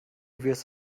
wirst